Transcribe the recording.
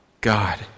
God